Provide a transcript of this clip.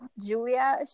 julia